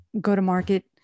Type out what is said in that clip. go-to-market